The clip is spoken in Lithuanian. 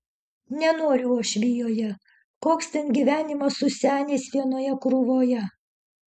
nenoriu uošvijoje koks ten gyvenimas su seniais vienoje krūvoje